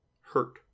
hurt